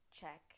check